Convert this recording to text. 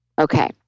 Okay